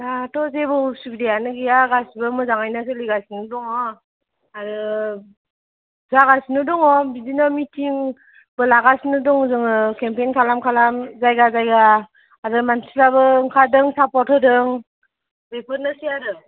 दाथ' जेबो असुबिदायानो गैया गासिबो मोजाङैनो सोलिगासिनो दङ आरो जागासिनो दङ बिदिनो मिथिंबो लागासिनो दङ जोङो केम्पिं खालाम खालाम जायगा जायगा आरो मानसिफ्राबो ओंखारदों सापर्त होदों बेफोरनोसै आरो